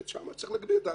ושם צריך להגביר את האכיפה.